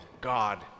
God